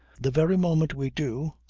the very moment we do,